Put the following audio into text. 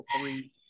three